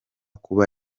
kuba